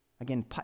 Again